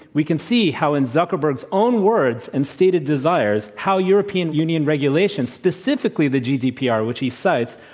we can see how in zuckerberg's own words and stated desires how european union regulation, specifically the gdpr, which he cites,